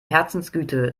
herzensgüte